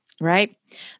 right